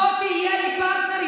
בוא תהיה לי פרטנר.